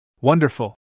Wonderful